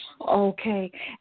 Okay